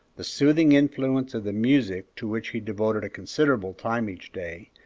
the soothing influence of the music to which he devoted a considerable time each day,